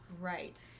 Right